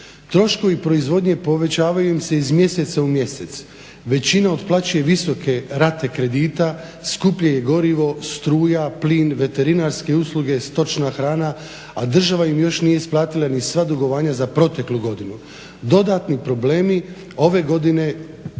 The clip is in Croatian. Troškovi proizvodnje povećavaju se iz mjeseca u mjesec, većina otplaćuje visoke rate kredita, skuplje je gorivo, struja, plin, veterinarske usluge, stočna hrana, a država im još nije isplatila ni sva dugovanja za proteklu godinu. Dodatni problemi ove godine bili